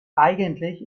eigentlich